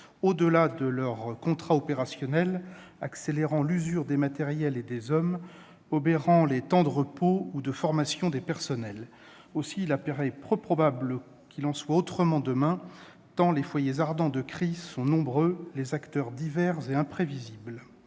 au-delà de leurs contrats opérationnels, accélérant l'usure des matériels et des hommes, obérant les temps de repos ou de formation des personnels. Il apparaît peu probable qu'il en soit autrement demain, tant les foyers ardents de crise sont nombreux, les acteurs divers et imprévisibles.